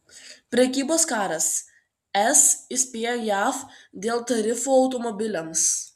prekybos karas es įspėjo jav dėl tarifų automobiliams